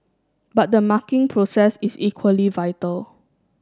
but the marking process is equally vital